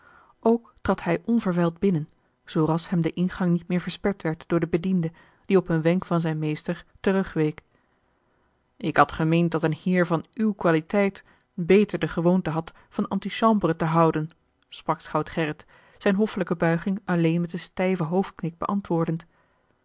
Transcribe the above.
ook trad hij onverwijld binnen zoo ras hem de ingang niet meer versperd werd door den bediende die op een wenk van zijn meester terugweek ik had gemeend dat een heer van uwe qualiteit beter de gewoonte had van antichambre te houden sprak schout gerrit zijne hoffelijke buiging alleen met een stijven hoofdknik beantwoordend